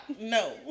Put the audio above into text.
No